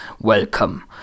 Welcome